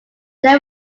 they